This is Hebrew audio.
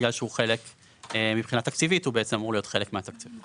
בגלל שמבחינה תקציבית הוא אמור להיות חלק מהתקציב.